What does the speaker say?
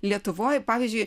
lietuvoj pavyzdžiui